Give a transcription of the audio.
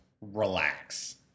relax